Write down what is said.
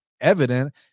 evident